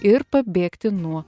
ir pabėgti nuo